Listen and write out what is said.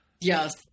Yes